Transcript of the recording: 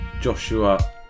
joshua